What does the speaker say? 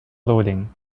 loading